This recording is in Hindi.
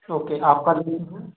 ओके आपका नेम सर